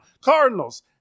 Cardinals